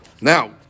Now